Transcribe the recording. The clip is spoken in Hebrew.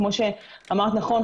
כפי שאמרת נכון,